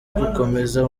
gukomeza